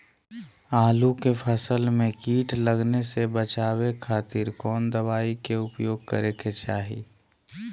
आलू के फसल में कीट लगने से बचावे खातिर कौन दवाई के उपयोग करे के चाही?